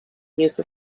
use